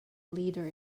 leader